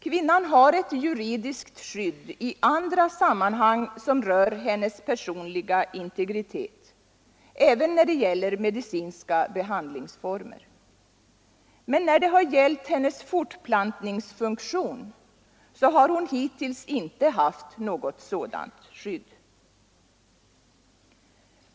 Kvinnan har ett juridiskt skydd i andra sammanhang som rör hennes personliga integritet, även när det gäller medicinska behandlingsformer. Men när det gällt hennes fortplantningsfunktion har hon hittills inte haft något sådant skydd.